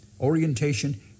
orientation